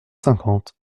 cinquante